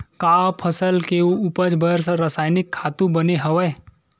का फसल के उपज बर रासायनिक खातु बने हवय?